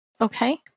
Okay